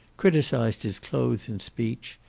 criticized his clothes and speech,